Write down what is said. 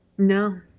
No